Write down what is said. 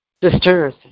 sisters